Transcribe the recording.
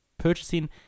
purchasing